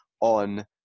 on